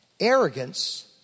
Arrogance